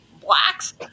Blacks